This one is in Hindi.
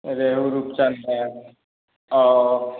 रोहू रूपचन्द है औ